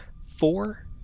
four